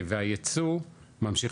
והייצוא ממשיך